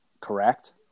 correct